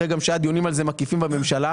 אחרי שהיו דיונים מקיפים על זה בממשלה,